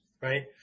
right